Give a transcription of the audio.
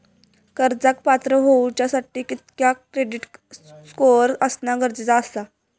कर्जाक पात्र होवच्यासाठी कितक्या क्रेडिट स्कोअर असणा गरजेचा आसा?